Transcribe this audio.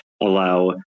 allow